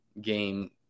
game